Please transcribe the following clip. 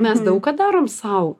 mes daug ką darom sau